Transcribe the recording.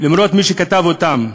למרות מי שכתב אותם,